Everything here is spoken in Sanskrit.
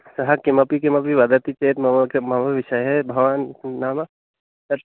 सः किमपि किमपि वदति चेत् मम किं मम विषये भवान् नाम् तत्